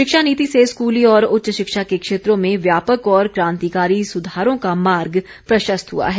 शिक्षा नीति से स्कूली और उच्च शिक्षा के क्षेत्रों में व्यापक और क्रांतिकारी सुधारों का मार्ग प्रशस्त हुआ है